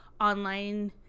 online